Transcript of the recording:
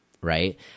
right